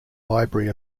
library